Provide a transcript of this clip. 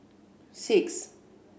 six